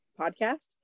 podcast